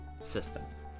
systems